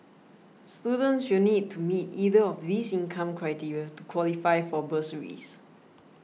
students will need to meet either of these income criteria to qualify for bursaries